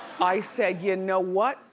i said, you and know what?